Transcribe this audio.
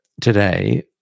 today